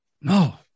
no